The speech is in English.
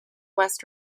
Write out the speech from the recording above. west